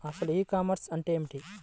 అసలు e commerce అంటే ఏమిటి?